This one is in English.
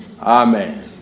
Amen